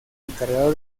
encargado